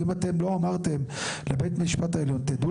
האם אתם לא אמרתם לבית המשפט העליון תדעו